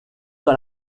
dans